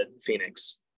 Phoenix